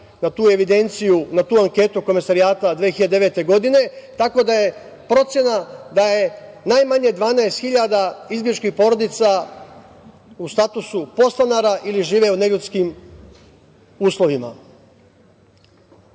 na tu evidenciju, na tu anketu Komesarijata 2009. godine, tako da je procena da je najmanje 12000 izbegličkih porodica u statusu podstanara ili žive u neljudskim uslovima. Uputio